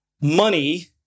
money